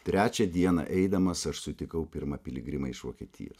trečią dieną eidamas aš sutikau pirmą piligrimą iš vokietijos